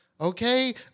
Okay